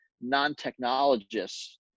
non-technologists